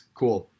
cool